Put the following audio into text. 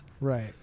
right